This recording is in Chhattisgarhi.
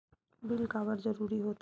बिल काबर जरूरी होथे?